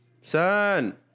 Son